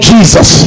Jesus